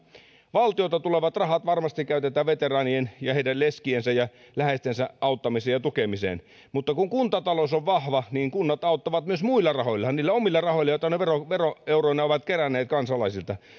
valtiolta tulevat rahat varmasti käytetään veteraanien ja heidän leskiensä ja läheistensä auttamiseen ja tukemiseen mutta kun kuntatalous on vahva niin kunnat auttavat myös muilla rahoillaan niillä omilla rahoillaan joita ne veroeuroina ovat keränneet kansalaisilta